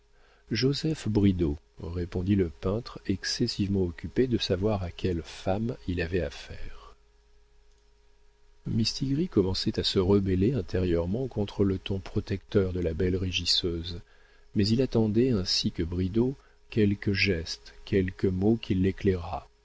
joseph bridau répondit le peintre excessivement occupé de savoir à quelle femme il avait affaire mistigris commençait à se rebeller intérieurement contre le ton protecteur de la belle régisseuse mais il attendait ainsi que bridau quelque geste quelque mot qui l'éclairât